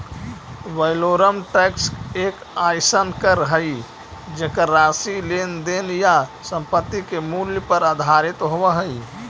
valorem tax एक अइसन कर हइ जेकर राशि लेन देन या संपत्ति के मूल्य पर आधारित होव हइ